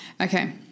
Okay